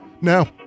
Now